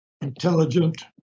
Intelligent